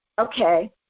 okay